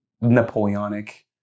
Napoleonic